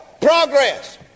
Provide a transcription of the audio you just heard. Progress